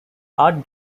art